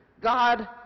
God